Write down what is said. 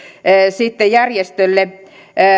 sitten järjestölle